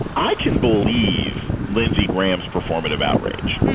i can't believe lindsey graham's performative outrage.